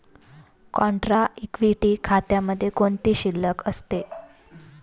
Contra equity खात्यामध्ये कोणती शिल्लक असते?